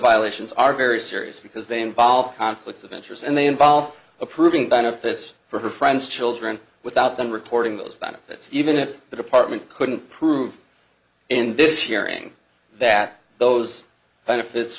violations are very serious because they involve conflicts of interest and they involve approving benefits for her friends children without them reporting those benefits even if the department couldn't prove in this hearing that those benefits